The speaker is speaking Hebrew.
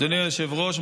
אדוני היושב-ראש,